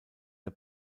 der